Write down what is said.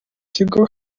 kigo